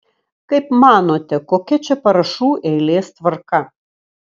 kaip manote kokia čia parašų eilės tvarka